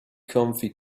comfy